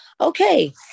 Okay